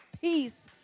peace